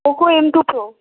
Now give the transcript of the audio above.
poco M two pro